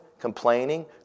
complaining